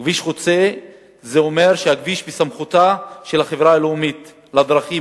כביש חוצה זה אומר שהכביש בסמכותה של החברה הלאומית לדרכים,